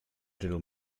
little